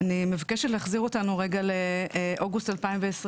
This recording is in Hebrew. אני מבקשת להחזיר אותנו לאוגוסט 2020,